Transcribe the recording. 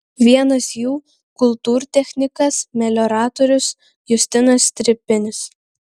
vienas jų kultūrtechnikas melioratorius justinas stripinis